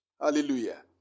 Hallelujah